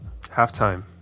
halftime